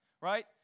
right